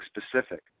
specific